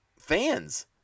fans